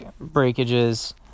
breakages